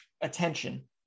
attention